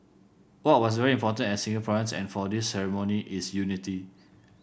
what was very important as Singaporeans and for this ceremony is unity